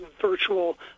virtual